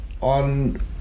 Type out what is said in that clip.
on